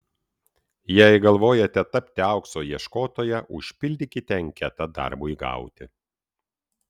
jei galvojate tapti aukso ieškotoja užpildykite anketą darbui gauti